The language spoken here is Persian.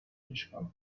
دانشگاه